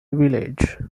village